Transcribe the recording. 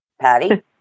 Patty